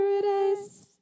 paradise